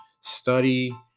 study